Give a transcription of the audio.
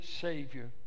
Savior